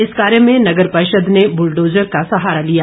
इस कार्य में नगर परिषद ने बुलडोजर का सहारा लिया